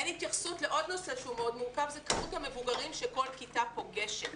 אין התייחסות לעוד נושא שהוא מאוד מורכב ואלה מבוגרים שכל כיתה פוגשת.